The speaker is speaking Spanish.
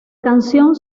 canción